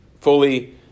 fully